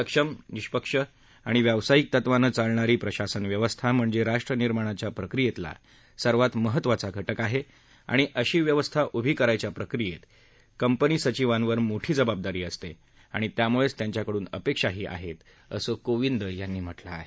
सक्षम निष्पक्ष आणि व्यावसायिक तत्वानं चालणारी प्रशासन व्यवस्था म्हणजे राष्ट्र निर्माणाच्या प्रक्रियेतला सर्वात महत्वाचा घटक आहे आणि अशी व्यवस्था उभी करायच्या प्रक्रियेत हीकंपनी सधिवांवर मोठी जबाबदारी असते आणि त्यामुळेच त्यांच्याकडून अपेक्षाही आहेतअसं कोविंद यांनी म्हटलं आहे